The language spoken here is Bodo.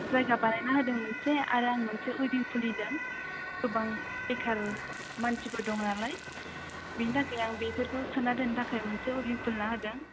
जायगा बानायना होदों मोनसे आरो आं मोनसे अयभिं खुलिदों गोबां बेखार मानसिफोर दं नालाय बिनि थाखाय आं बेफोरखौ सोना दोननो थाखाय मोनसे अयभिं खुलिना होदों